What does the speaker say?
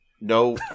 No